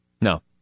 no